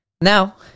now